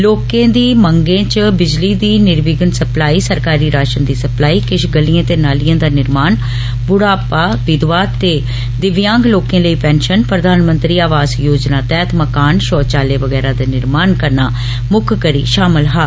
लों दी मंगें च बिजली दी निर्विध्न सप्लाई सरकारी राशन दी सप्लाई किश गलिएं ते नालिएं दा निर्माण वृद्ध विध्वा ते दिव्यांग लोके लेई पैंशन प्रधानमंत्री आवास योजना तैहत मकान शौचालय बगैरा दा निर्माण करना मुक्ख करी शामल हा